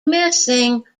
missing